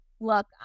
Look